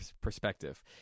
perspective